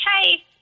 hey